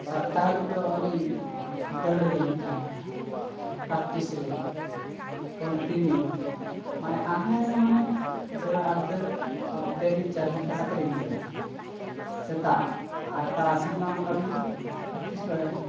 ᱥᱟᱛᱴᱟ ᱦᱟᱹᱵᱤᱡ ᱫᱚ ᱟᱹᱞᱤᱧ ᱫᱟᱹᱲ ᱨᱮᱜᱮᱞᱤᱧ ᱛᱟᱦᱮᱱᱟ ᱯᱨᱮᱠᱴᱤᱥ ᱨᱮᱜᱮ ᱠᱚᱱᱴᱤᱱᱤᱭᱩ ᱢᱟᱱᱮ ᱟᱸᱜᱟᱭᱮᱱᱟ ᱢᱟᱱᱮ ᱫᱟᱹᱲ ᱟᱨ ᱫᱟᱹᱲ ᱰᱮᱞᱤ ᱪᱟᱨ ᱜᱷᱚᱱᱴᱟ ᱠᱟᱛᱮᱞᱤᱧ ᱫᱟᱹᱲᱟ ᱥᱮᱛᱟᱜ ᱟᱨ ᱛᱟᱨᱟᱥᱤᱧᱢᱟ ᱚᱱᱠᱟᱞᱤᱧ ᱯᱨᱮᱠᱴᱤᱥ ᱵᱟᱲᱟᱭᱟ